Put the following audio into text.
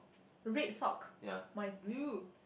red sock my is blue